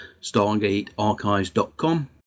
StargateArchives.com